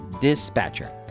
dispatcher